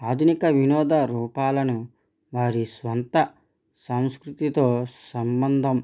ఆధునిక వినోద రూపాలను వారి స్వంత సంస్కృతితో సంబంధం